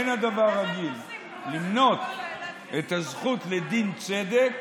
אין הדבר רגיל, למנות את הזכות לדין צדק